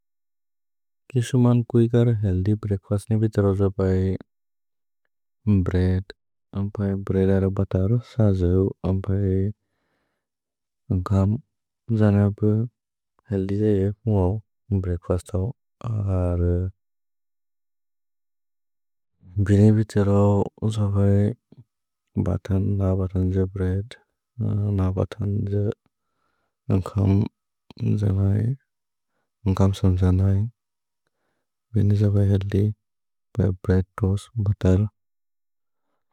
किशु मान् कुइकर् हेल्दि ब्रेक्फस्ने वित्र जो पए ब्रेद्। भ्रेद् अरो बतरो साजौ, अम्पए। घम् जनब् हेल्दि जयेक् मुअव् ब्रेक्फस् तौ। अगर् बिने वित्र जो स बए बतन्, न बतन् जो ब्रेद्। न बतन् जो घम् जनय्, घम् सम् जनय्, बिने स बए हेल्दि ब्रेक्फस्ने बतरो।